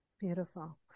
Beautiful